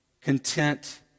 content